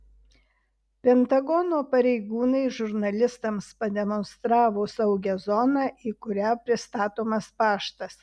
pentagono pareigūnai žurnalistams pademonstravo saugią zoną į kurią pristatomas paštas